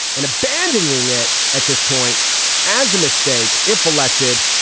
and abandoning it at this point as a mistake, if elected,